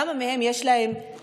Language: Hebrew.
לכמה מהם יש תינוקות,